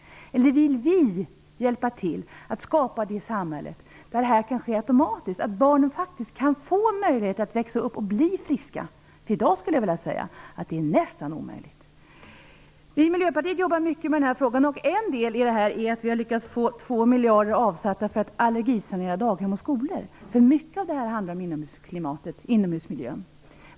Eller vill vi hjälpa till att skapa ett samhälle där det här kan ske automatiskt, där barnen faktiskt får möjligheter att växa upp och bli friska? I dag är det nästan omöjligt. Vi i Miljöpartiet jobbar mycket med den här frågan. En del i detta är att vi har lyckats få två miljarder avsatta för att allergisanera daghem och skolor. Mycket av detta handlar om inomhusmiljön.